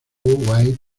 white